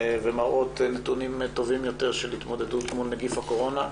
נתונים טובים יותר של התמודדות מול נגיף הקורונה,